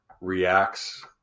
reacts